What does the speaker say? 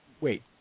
Wait